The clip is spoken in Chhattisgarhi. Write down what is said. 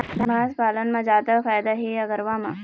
भैंस पालन म जादा फायदा हे या गरवा म?